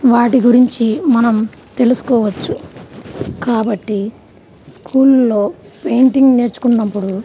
వాటి గురించి మనం తెలుసుకోవచ్చు కాబట్టి స్కూల్లో పెయింటింగ్ నేర్చుకున్నపుడు